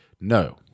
No